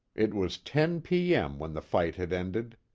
it was ten p. m. when the fight had ended.